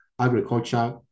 agriculture